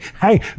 Hey